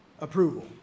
approval